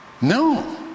No